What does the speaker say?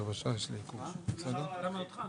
שלום לכולם, אני מחדש את